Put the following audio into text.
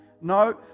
No